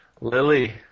Lily